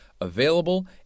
available